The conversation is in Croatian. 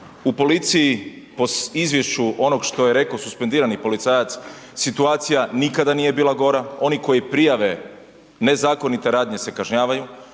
u policiji po izvješću onog što je rekao suspendirani policajac situacija nikada nije bila gora, oni koji prijave nezakonite radnje se kažnjavaju,